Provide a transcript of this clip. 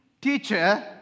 teacher